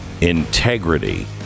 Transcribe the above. integrity